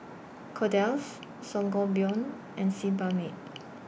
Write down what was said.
Kordel's Sangobion and Sebamed